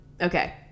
okay